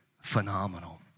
phenomenal